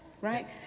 right